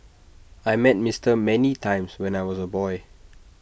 I met Mister many times when I was A boy